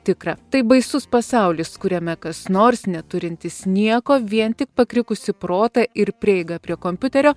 tikra tai baisus pasaulis kuriame kas nors neturintis nieko vien tik pakrikusį protą ir prieigą prie kompiuterio